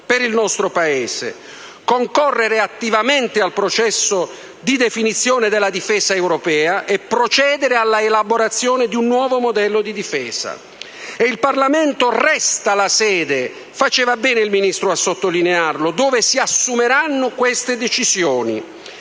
per il nostro Paese: concorrere attivamente al processo di definizione della difesa europea e procedere alla elaborazione di un nuovo modello di difesa. Il Parlamento resta la sede (faceva bene il Ministro a sottolinearlo) dove si assumeranno queste decisioni.